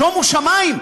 שומו שמים,